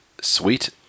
sweet